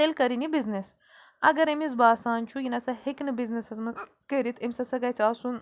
تیٚلہِ کٔرِنۍ یہِ بِزنِس اَگر أمِس باسان چھُ یہِ نَہ سا ہیٚکہِ نہٕ بِزنِسَس منٛز کٔرِتھ أمِس ہسا گژھِ آسُن